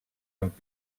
amb